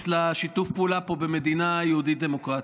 לשיתוף הפעולה במדינה היהודית-דמוקרטית.